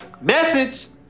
Message